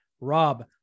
Rob